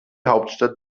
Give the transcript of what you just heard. hauptstadt